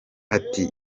ati